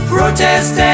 Protest